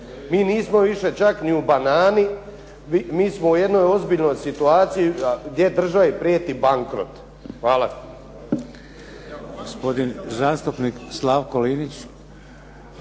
Mi nismo više čak ni u banani, mi smo u jednoj ozbiljnoj situaciji gdje državi prijeti bankrot. Hvala.